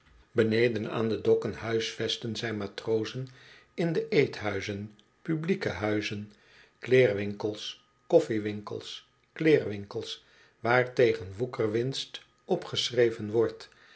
beneden aan de dokken huisvesten zij matrozen in de eethuizen publieke huizen kleerwinkels kofflewinkels kleerwinkels waar tegen woekerwinst opgeschreven wordt